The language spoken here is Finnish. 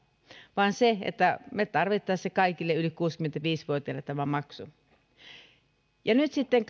vaan me tarvitsisimme kaikille yli kuusikymmentäviisi vuotiaille tämän maksun nyt sitten